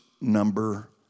number